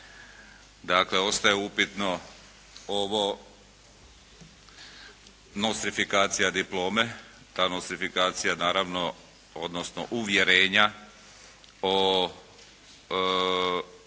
Dakle, ostaje upitno ovo nostrifikacija diplome. Ta nostrifikacija naravno, odnosno uvjerenja o uvjetima